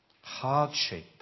hardship